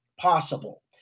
Possible